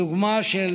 בדוגמה של